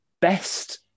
best